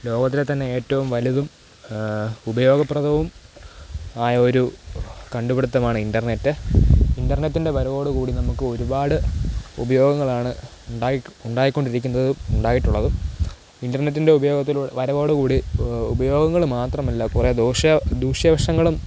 ലോകത്തിലെ തന്നെ ഏറ്റവും വലുതും ഉപയോഗപ്രദവും ആയ ഒരു കണ്ടുപിടിത്തമാണ് ഇൻ്റർനെറ്റ് ഇൻ്റർനെറ്റിൻ്റെ വരവോടുകൂടി നമുക്ക് ഒരുപാട് ഉപയോഗങ്ങളാണ് ഉണ്ടായിട്ട് ഉണ്ടായിക്കൊണ്ടിരിക്കുന്നത് ഉണ്ടായിട്ടുള്ളതും ഇൻ്റർനെറ്റിൻ്റെ ഉപയോഗത്തിൻ്റെ വരവോടുകൂടി ഉപയോഗങ്ങൾ മാത്രമല്ല കുറേ ദോഷ ദൂഷ്യവശങ്ങളും